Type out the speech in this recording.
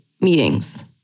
meetings